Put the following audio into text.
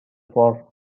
for